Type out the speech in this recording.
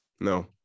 No